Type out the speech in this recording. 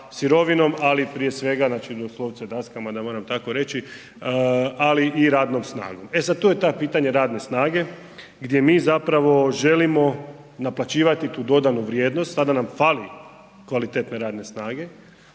sirovinom ali i prije svega, znači doslovce daskama da moram tako reći ali i radnom snagom. E sada tu je to pitanje radne snage gdje mi zapravo želimo naplaćivati tu dodanu vrijednost a da nam fali kvalitetne radne snage.